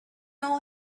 all